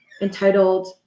entitled